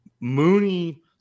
Mooney